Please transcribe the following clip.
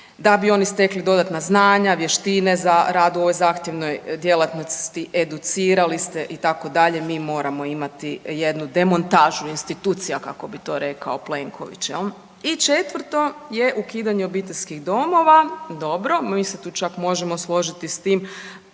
da bi oni stekli dodatna znanja, vještine za rad u ovoj zahtjevnoj djelatnosti, educirati se itd., mi moramo imati jednu demontažu institucija kako bi to rekao Plenković jel. I četvrto je ukidanje obiteljskih domova, dobro. Mi se tu čak možemo složiti s tim